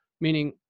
meaning